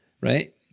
right